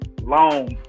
long